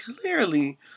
clearly